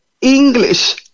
English